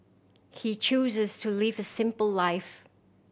he chooses to live a simple life